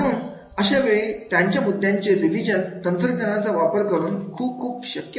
म्हणून अशावेळी त्याच्या मुद्द्यांचे रिविजन तंत्रज्ञानाचा वापर करून खूप खूप शक्य आहे